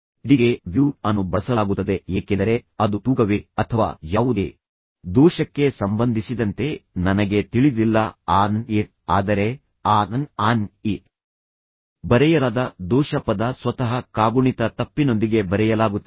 D ಗೆ W T ಅನ್ನು ಬಳಸಲಾಗುತ್ತದೆ ಏಕೆಂದರೆ ಅದು ತೂಕವೇ ಅಥವಾ ಯಾವುದೇ ದೋಷಕ್ಕೆ ಸಂಬಂಧಿಸಿದಂತೆ ನನಗೆ ತಿಳಿದಿಲ್ಲ a n y ಆದರೆ a n an i ಬರೆಯಲಾದ ದೋಷ ಪದ ಸ್ವತಃ ಕಾಗುಣಿತ ತಪ್ಪಿನೊಂದಿಗೆ ಬರೆಯಲಾಗುತ್ತದೆ